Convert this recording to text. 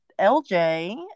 LJ